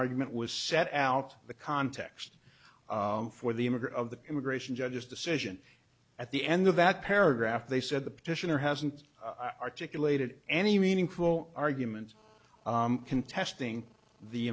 argument was set out the context for the image of the immigration judge's decision at the end of that paragraph they said the petitioner hasn't articulated any meaningful arguments contesting the